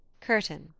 Curtain